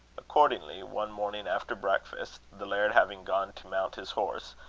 accordingly, one morning after breakfast, the laird having gone to mount his horse,